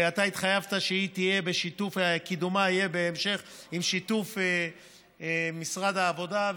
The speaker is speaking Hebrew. ואתה התחייבת שקידומה יהיה בהמשך בשיתוף משרד העבודה.